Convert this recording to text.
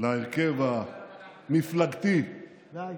אני עוד אתייחס להרכב המפלגתי, די.